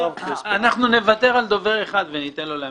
אנחנו נוותר על דובר אחד וניתן לו להמשיך.